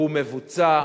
והוא מבוצע,